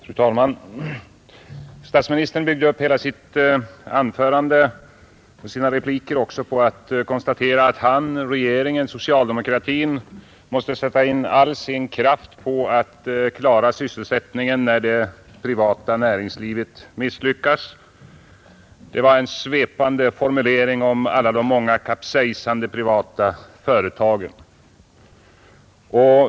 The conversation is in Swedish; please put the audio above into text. Fru talman! Statsministern byggde upp hela sitt anförande och sina repliker på att konstatera att han, regeringen och socialdemokratin måste sätta in all sin kraft på att klara sysselsättningen, när det privata näringslivet misslyckats. Det var en svepande formulering om alla de många kapsejsande privata företagen.